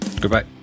goodbye